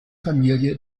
familie